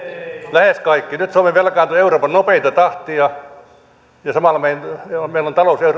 lähes kaikki nyt suomi velkaantuu euroopan nopeinta tahtia ja samalla meillä talous